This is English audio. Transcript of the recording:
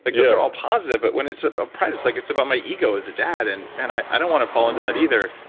like those are all positives. but when it's ah ah pride, it's like it's about my ego as a dad and i don't want to fall into that either.